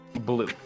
blue